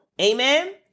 Amen